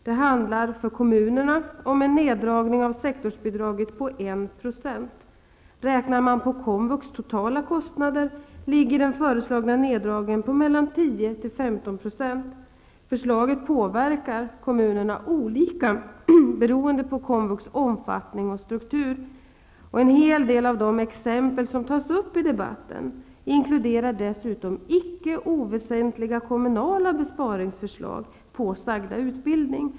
Det handlar för kommunerna om en neddragning av sektorsbidraget med 1 %. Räknar man på komvux totala kostnader, ligger den föreslagna neddragningen på 10--15 %. Förslaget påverkar kommunerna olika beroende på komvux omfattning och struktur. En hel del av de exempel som tas upp i debatten inkluderar dessutom icke oväsentliga kommunala besparingsförslag på sagda utbildning.